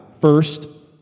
first